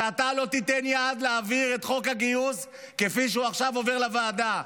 שאתה לא תיתן יד להעביר את חוק הגיוס כפי שהוא עכשיו עובר לוועדה,